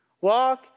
walk